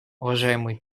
уважаемый